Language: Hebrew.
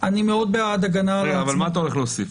אני מאוד בעד הגנה על --- מה אתה הולך להוסיף?